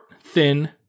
thin